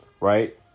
right